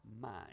mind